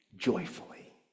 joyfully